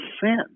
sin